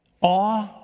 Awe